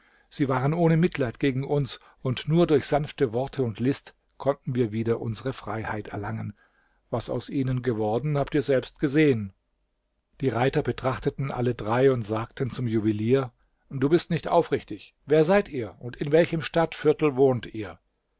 sie waren ohne mitleid gegen uns und nur durch sanfte worte und list konnten wir wieder unsere freiheit erlangen was aus ihnen geworden habt ihr selbst gesehen die reiter betrachteten alle drei und sagten zum juwelier du bist nicht aufrichtig wer seid ihr und in welchem stadtviertel wohnt ihr